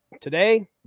today